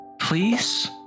please